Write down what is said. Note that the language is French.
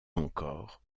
encore